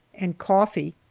and coffee,